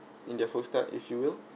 in the full start if you will